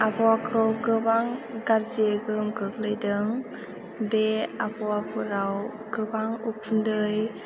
आबहावाखौ गोबां गारजियै गोहोम खोख्लैदों बे आबहावाफोराव गोबां उखुन्दै